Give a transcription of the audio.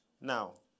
Now